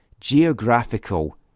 geographical